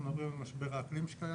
אנחנו מדברים על משבר האקלים שקיים,